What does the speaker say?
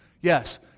Yes